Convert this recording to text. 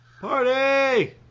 Party